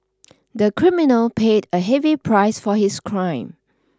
the criminal paid a heavy price for his crime